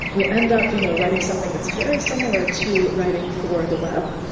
we end up you know writing something that's very similar to writing for the web,